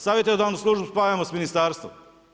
Savjetodavnu službu spajamo s ministarstvom.